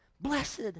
Blessed